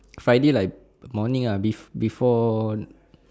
friday like morning ah be~ before